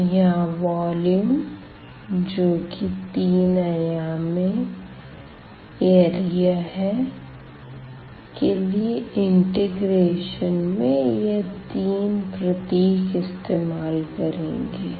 तो यहां वोल्यूम जो कि तीन आयाम में क्षेत्रफल है के लिए इंटीग्रेशन में यह तीन प्रतीक इस्तेमाल करेंगे